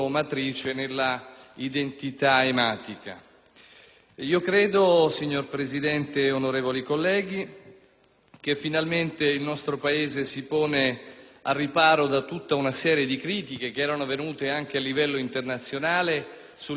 Credo, signor Presidente, onorevoli colleghi, che finalmente il nostro Paese si ponga al riparo da tutte le critiche che erano venute anche a livello internazionale sull'incapacità di aderire al Trattato di Prum